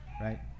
right